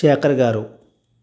శేఖర్ గారు